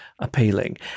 appealing